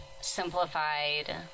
simplified